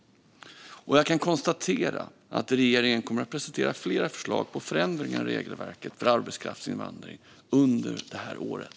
Jag konstaterar att regeringen kommer att presentera fler förslag på förändringar av regelverket för arbetskraftsinvandring under det här året.